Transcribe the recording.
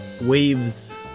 waves